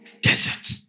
desert